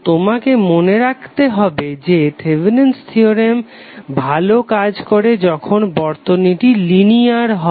তো তোমাকে মনে রাখতে হবে যে থেভেনিন'স থিওরেম Thevenin's theorem ভালো কাজ করে যখন বর্তনীটি লিনিয়ার হয়